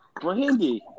Brandy